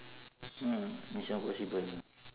mm mission impossible